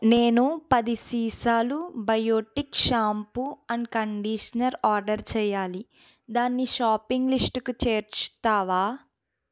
నేను పది సీసాలు Biotique shampoo and conditioner order చెయ్యాలి దాన్ని షాపింగ్ లిస్టుకి చేర్చుతావా